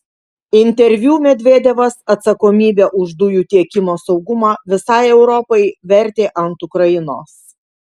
interviu medvedevas atsakomybę už dujų tiekimo saugumą visai europai vertė ant ukrainos